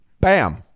Bam